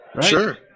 Sure